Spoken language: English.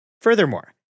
Furthermore